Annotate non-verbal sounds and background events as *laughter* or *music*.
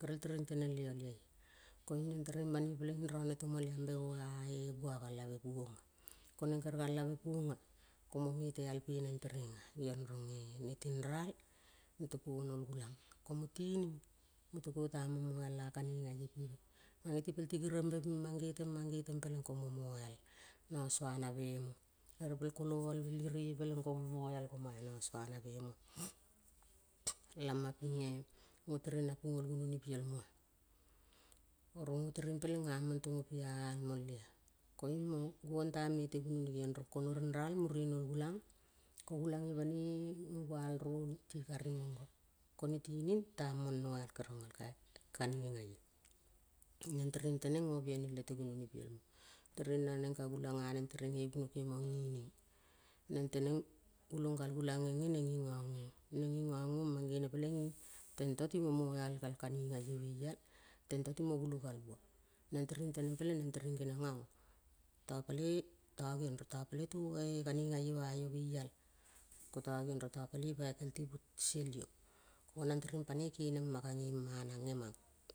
gerel tereng teneng le aliaia. koiung neng tereng bali peleng ing rone tomoliambe boe a buaâ galabe puonga. Koneng kere galabe puonga. komo me te al pe neng tetrenga. Geong ronge ne ting ral. netiko nol gulang. Komo tinig. mutiko tamong moal a kanigaie piri. Mangeti pelti girembe bing mange teng mange teng peleng komo moial. Na suanave mo. ere pel koloal bel ireie peleng komo moial ko mae nasuanave mo. *noise* lamapinge nogo tereng na pungol gononi piel moa. Oro ngo tereng peleng ngamong tongo pia al molea. koiung mo gevong ta mete gunoni geong rong, ko no rinral mure nol gulang ko gulang nge banoi ngoval roni ti kari monga. Ko nete ne tining tamong noial keriong el kai kaningaie. Neng tereng teneng ngo bieni lete gunoni pielmo. Tereng naneng ka gulang nganeng nge buno kimong ngining. Neng teneng gulong gal gulang ngenge neng ngi nganguong. Neng ngi nganguong mang gene peleing. Tento timo moial gal kanigaie be al. tenta ti mo gulogal bua. Neng tereng teneng genene peleng neng tereng geniong aong. ta palei ta geong rong ta palei tuva kanigaieâ baio be ial. Ko ta geong rong ta palei paikel ti bu sel io. Ko nang tereng panoi ka kenema ka ngema nangemang.